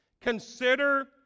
Consider